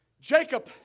Jacob